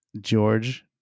George